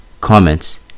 Comments